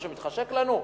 מה שמתחשק לנו?